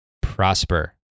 prosper